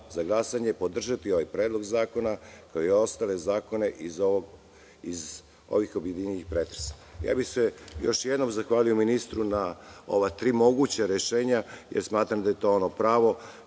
za glasanje podržati ovaj predlog zakona, kao i ostale zakone iz ovih objedinjenih pretresa. Još jednom bih se zahvalio ministru na ova tri moguća rešenja jer smatram da je to ono pravo,